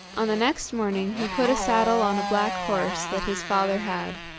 on the next morning he put a saddle on a black horse that his father had,